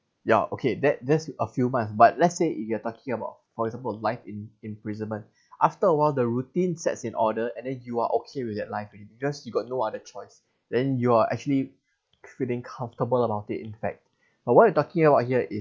ya okay that that's a few months but let's say if you are talking about for example life in in imprisonment after a while the routine sets in order and then you are okay with that life already because you got no other choice then you are actually feeling comfortable about it in fact but what you are talking about here is